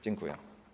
Dziękuję.